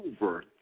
over